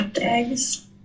eggs